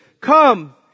come